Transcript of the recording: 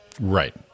Right